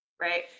right